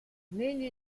negli